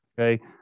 Okay